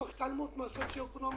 תוך התעלמות מן המצב הסוציו-אקונומי,